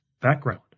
background